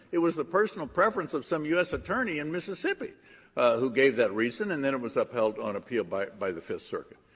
it was the personal preference of some u s. attorney in mississippi who gave that reason, and then it was upheld on appeal by by the fifth circuit.